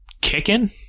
kicking